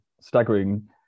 staggering